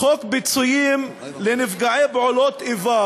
פיצויים לנפגעי פעולות איבה